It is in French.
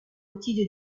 outil